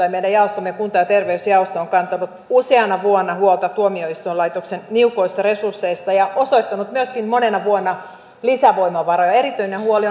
ja meidän jaostomme kunta ja terveysjaosto on kantanut useana vuonna huolta tuomioistuinlaitoksen niukoista resursseista ja osoittanut myöskin monena vuonna lisävoimavaroja erityinen huoli